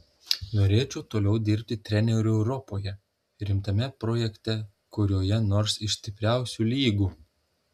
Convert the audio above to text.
norėčiau toliau dirbti treneriu europoje rimtame projekte kurioje nors iš stipriausių lygų